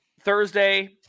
Thursday